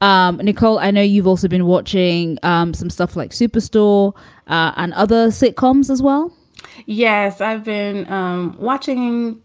um nicole, i know you've also been watching um some stuff like superstore and other sitcoms as well yes i've been um watching